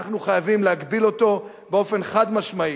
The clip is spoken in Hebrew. אנחנו חייבים להגביל אותו באופן חד-משמעי.